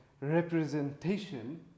representation